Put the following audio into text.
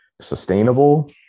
sustainable